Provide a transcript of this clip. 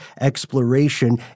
exploration